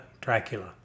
Dracula